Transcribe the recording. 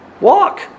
Walk